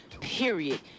period